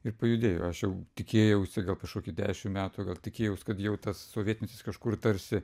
ir pajudėjo aš jau tikėjausi gal kažkokį dešim metų gal tikėjausi kad jau tas sovietimetis kažkur tarsi